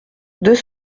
deux